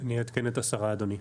אני אעדכן את השרה, אדוני.